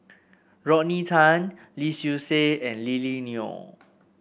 Rodney Tan Lee Seow Ser and Lily Neo